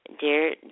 Dear